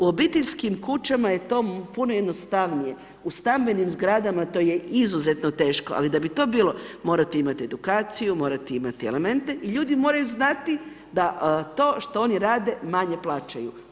U obiteljskim kućama je to puno jednostavnije, u stambenim zgrada, to je izuzetno teško ali da bi to bilo, morate imate edukaciju, morate imati elemente i ljudi moraju znati da to što oni rade, manje plaćaju.